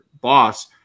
boss